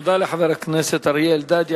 תודה לחבר הכנסת אריה אלדד.